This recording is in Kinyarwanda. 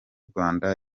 rwanda